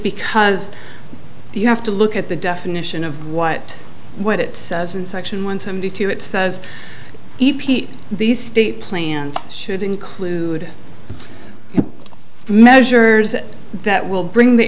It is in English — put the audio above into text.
because you have to look at the definition of what what it says in section one seventy two it says epeat these state plans should include measures that will bring the